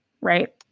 right